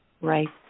right